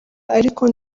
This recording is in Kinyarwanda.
ariko